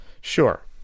Sure